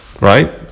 right